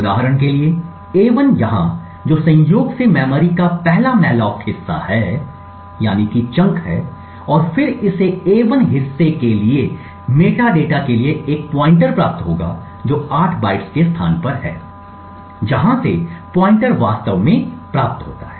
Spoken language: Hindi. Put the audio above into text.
उदाहरण के लिए a1 यहाँ जो संयोग से मेमोरी का पहला मॉलोक हिस्सा है और फिर इसे a1 हिस्सा के लिए मेटाडेटा के लिए एक पॉइंटर प्राप्त होगा जो 8 बाइट्स के स्थान पर है जहाँ से पॉइंटर वास्तव में प्राप्त होता है